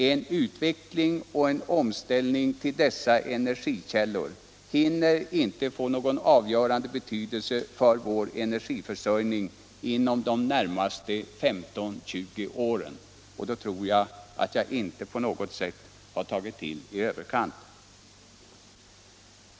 En utveckling och en omställning till dessa energikällor hinner inte få någon avgörande betydelse för vår energiförsörjning inom de när — Nr 107 maste 15-20 åren, och jag tror att när jag säger det har jag inte på något sätt tagit till i överkant.